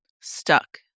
stuck